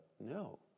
No